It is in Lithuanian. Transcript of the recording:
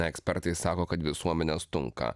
ekspertai sako kad visuomenės tunka